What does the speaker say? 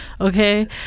okay